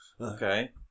Okay